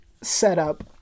setup